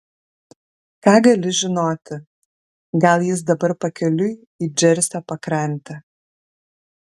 ką gali žinoti gal jis dabar pakeliui į džersio pakrantę